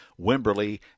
Wimberley